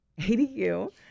ADU